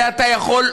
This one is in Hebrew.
בזה אתה יכול,